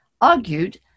argued